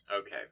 Okay